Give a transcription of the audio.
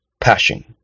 Passion